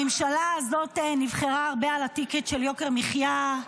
הממשלה הזאת נבחרה הרבה על הטיקט של יוקר המחיה,